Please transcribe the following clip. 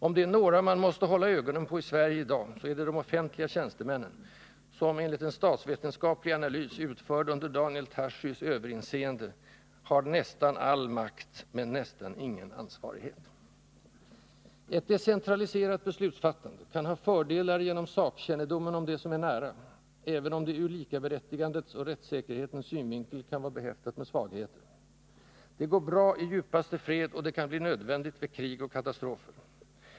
Om det är några man måste hålla ögonen på i Sverige i dag så är det de offentliga tjänstemännen, som — enligt en statsvetenskaplig analys utförd under Daniel Tarschys överinseende — har nästan all makt men nästan ingen ansvarighet. Ett decentraliserat beslutsfattande kan ha fördelar genom sakkännedom om det som är nära, även om det ur likaberättigandets och rättssäkerhetens synvinkel kan vara behäftat med svagheter. Det går bra i djupaste fred och det kan bli nödvändigt vid krig och katastrofer.